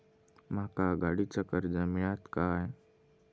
माका गाडीचा कर्ज मिळात काय?